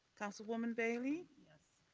councilwoman bailey. yes.